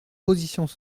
positions